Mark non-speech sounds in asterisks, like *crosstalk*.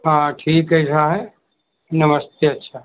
हाँ ठीक *unintelligible* है नमस्ते अच्छा